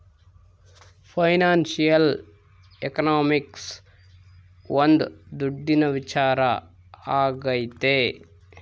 financial economics ಒಂದ್ ದುಡ್ಡಿನ ವಿಚಾರ ಆಗೈತೆ